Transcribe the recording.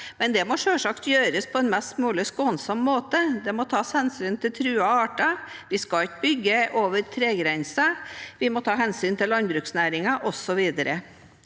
selvsagt gjøres på en mest mulig skån som måte. Det må tas hensyn til truede arter, vi skal ikke bygge over tregrensen, vi må ta hensyn til landbruksnæringen, osv.